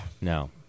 no